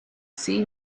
see